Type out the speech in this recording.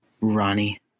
Ronnie